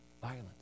violence